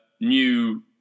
new